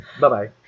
Bye-bye